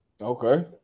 Okay